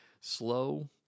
slow